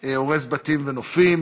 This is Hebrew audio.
הורס בתים ונופים,